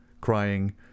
crying